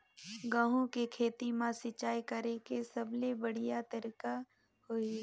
गंहू के खेती मां सिंचाई करेके सबले बढ़िया तरीका होही?